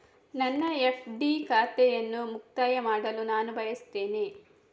ನನ್ನ ಎಫ್.ಡಿ ಖಾತೆಯನ್ನು ಮುಕ್ತಾಯ ಮಾಡಲು ನಾನು ಬಯಸ್ತೆನೆ